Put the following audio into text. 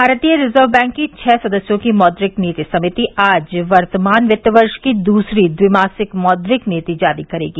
भारतीय reserve bank की छह सदस्यों की मौद्रिक नीति समिति आज वर्तमान वित्त वर्ष की दूसरी द्विमासिक मौद्रिक नीति जारी करेगी